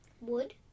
Wood